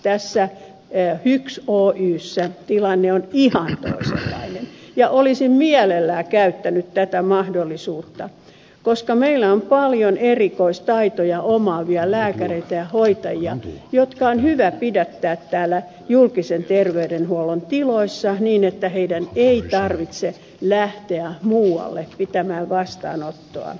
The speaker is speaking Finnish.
tässä hyks oyssä taas tilanne on ihan toisenlainen ja olisi mielellään käyttänyt tätä mahdollisuutta koska meillä on paljon erikoistaitoja omaavia lääkäreitä ja hoitajia jotka on hyvä pidättää täällä julkisen terveydenhuollon tiloissa niin että heidän ei tarvitse lähteä muualle pitämään vastaanottoa